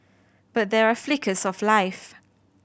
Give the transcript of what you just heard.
but there are flickers of life